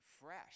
fresh